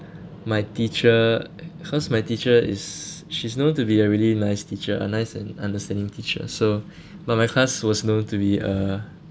my teacher cause my teacher is she's known to be a really nice teacher uh nice and understanding teacher so but my class was known to be uh